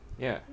ya